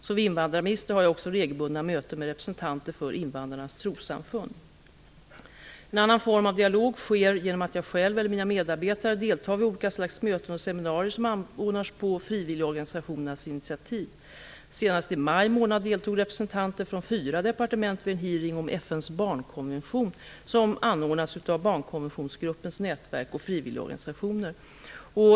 Som invandrarminister har jag också regelbundna möten med representanter för En annan form av dialog sker genom att jag själv eller mina medarbetare deltar vid olika slags möten och seminarier som anordnas på frivilligorganisationernas initiativ. Senast i maj månad deltog representanter från fyra departement vid en hearing om FN:s barnkonvention som anordnats av Barnkonventionsgruppens nätverk av frivilligorganisationer.